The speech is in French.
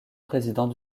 président